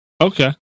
Okay